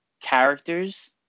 characters